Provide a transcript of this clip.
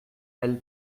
elle